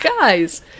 guys